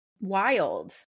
wild